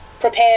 prepare